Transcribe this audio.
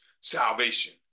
salvation